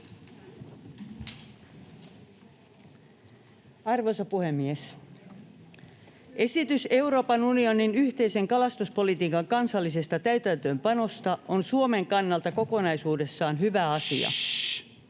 Arvoisa puhemies! Esitys Euroopan unionin yhteisen kalastuspolitiikan kansallisesta täytäntöönpanosta on Suomen kannalta kokonaisuudessaan hyvä asia.